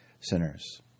sinners